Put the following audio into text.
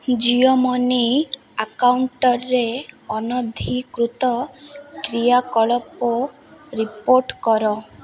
Jio Money ଆକାଉଣ୍ଟରେ ଅନଧିକୃତ କ୍ରିୟାକଳାପ ରିପୋର୍ଟ କର